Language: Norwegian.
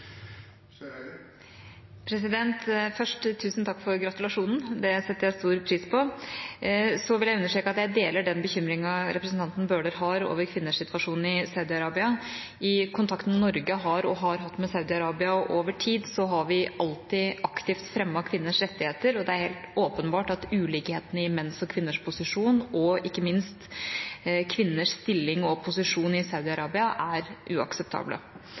Tusen takk for gratulasjonen, det setter jeg stor pris på. Jeg vil understreke at jeg deler den bekymringen representanten Bøhler har over kvinners situasjon i Saudi-Arabia. I kontakten Norge har og har hatt med Saudi-Arabia over tid, har vi alltid aktivt fremmet kvinners rettigheter. Det er helt åpenbart at ulikhetene i menns og kvinners posisjon, og ikke minst kvinners stilling og posisjon, i Saudi-Arabia er uakseptable.